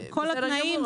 כל התנאים,